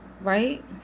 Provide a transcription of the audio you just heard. right